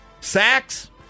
Sacks